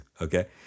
okay